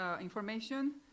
information